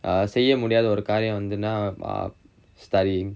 செய்ய முடியாத ஒரு காரியம் வந்துனா:seiya mudiyaatha oru kaariyam vanthunaa studying